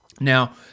Now